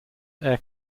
air